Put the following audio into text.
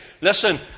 Listen